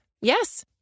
Yes